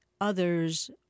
others